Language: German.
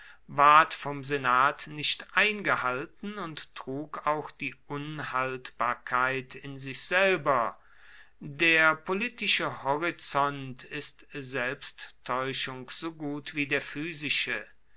ward vom senat nicht eingehalten und trug auch die unhaltbarkeit in sich selber der politische horizont ist selbsttäuschung so gut wie der physische